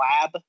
lab